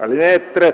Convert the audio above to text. съда. (3)